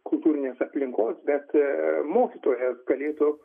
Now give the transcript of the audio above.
kultūrinės aplinkos bet mokytojas galėtų